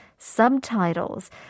Subtitles